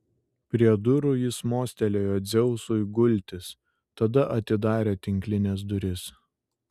prie durų jis mostelėjo dzeusui gultis tada atidarė tinklines duris